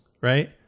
right